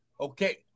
Okay